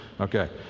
Okay